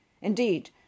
Indeed